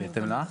בהתאם למה?